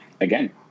again